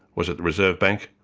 was it the reserve bank?